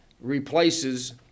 replaces